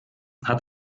hat